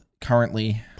currently